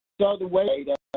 so the way